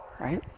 right